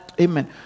Amen